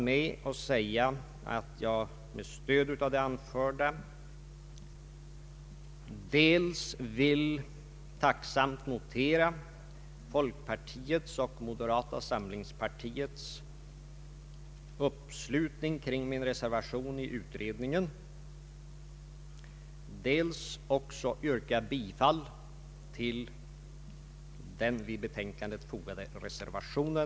Med stöd av det anförda vill jag dels tacksamt notera folkpartiets och moderata samlingspartiets uppslutning kring min reservation i utredningen, dels yrka bifall till den vid betänkandet fogade reservationen.